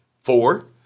four